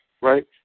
Right